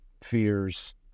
fears